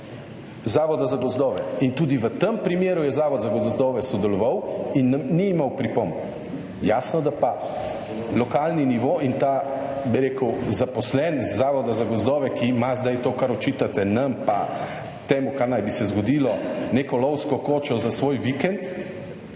Zavoda za gozdove. In tudi v tem primeru je Zavod za gozdove sodeloval in ni imel pripomb. Jasno, da pa lokalni nivo in ta, bi rekel, zaposlen z Zavoda za gozdove, ki ima zdaj to, kar očitate nam, pa temu, kar naj bi se zgodilo, neko lovsko kočo za svoj vikend,